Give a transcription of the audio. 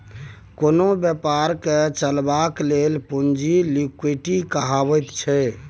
कोनो बेपारकेँ चलेबाक लेल पुंजी लिक्विडिटी कहाबैत छै